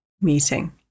meeting